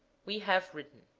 we have written